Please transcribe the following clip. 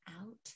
out